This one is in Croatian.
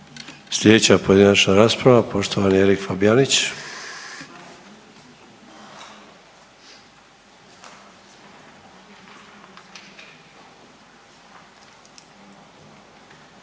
Sljedeća pojedinačna rasprava poštovani Erik Fabijanić.